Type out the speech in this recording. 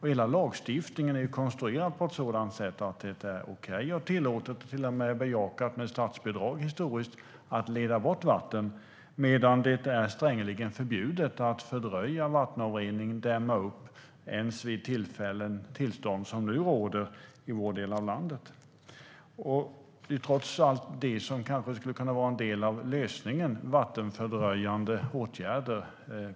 Hela lagstiftningen är konstruerad på ett sådant sätt att det är okej, tillåtet och till och med bejakat med statsbidrag historiskt att leda bort vatten, medan det är strängeligen förbjudet att fördröja vattenavrinning och dämma upp till och med vid sådana tillstånd som nu råder i vår del av landet. Det är trots allt det som kanske skulle kunna vara en del av lösningen: vattenfördröjande åtgärder.